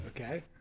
okay